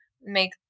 make